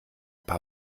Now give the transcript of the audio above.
paar